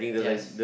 yes